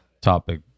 topic